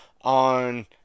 on